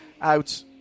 out